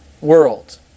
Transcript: world